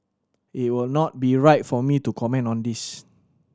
it would not be right for me to comment on this